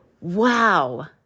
wow